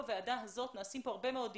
כאן בוועדה הזאת מתקיימים הרבה דיוניים,